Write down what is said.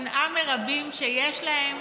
היא מנעה מרבים שיש להם